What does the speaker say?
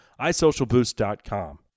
isocialboost.com